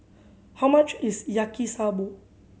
how much is Yaki Soba